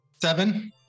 Seven